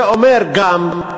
זה אומר גם,